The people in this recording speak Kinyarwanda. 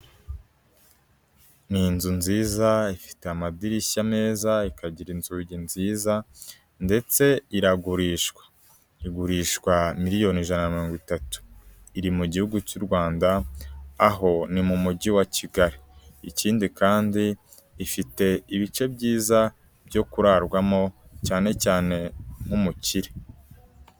Ni inzu nziza, ifite amadirishya meza, ikagira inzugi nziza ndetse iragurishwa. Igurishwa miliyoni ijana na mirongo itatu. Iri mu gihugu cy'u Rwanda, aho ni mu mujyi wa Kigali. Ikindi kandi ifite ibice byiza byo kurarwamo cyane cyane nk'umukire.